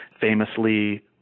famously